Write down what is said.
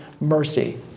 mercy